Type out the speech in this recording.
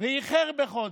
ואיחר בחודש,